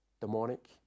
demonic